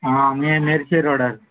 आं मे मेरशे रोडार